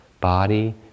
Body